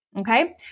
Okay